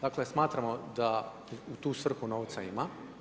Dakle, smatramo da u tu svrhu novca ima.